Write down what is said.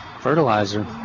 fertilizer